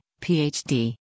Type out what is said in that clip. Ph.D